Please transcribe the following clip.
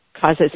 causes